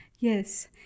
Yes